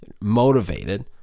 motivated